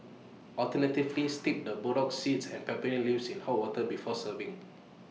alternatively steep the burdock seeds and peppermint leaves in hot water before serving